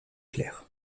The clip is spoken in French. claires